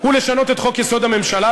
הוא שינה את חוק-יסוד: הממשלה,